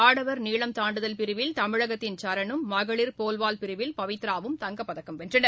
ஆடவர் நீளம் தாண்டுதல் பிரிவில் தமிழகத்தின் சரணும் மகளிர் போல்வால்ட் பிரிவில் பவித்ரா வும் தங்கப்பதக்கம் வென்றனர்